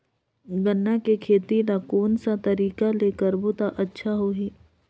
गन्ना के खेती ला कोन सा तरीका ले करबो त अच्छा होही?